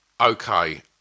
Okay